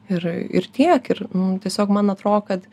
ir ir tiek ir nu tiesiog man atro kad